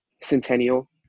Centennial